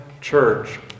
church